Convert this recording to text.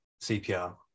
CPR